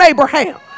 Abraham